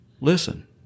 listen